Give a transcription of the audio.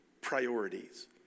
priorities